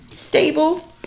Stable